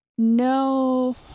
No